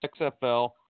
XFL